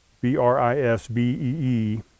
B-R-I-S-B-E-E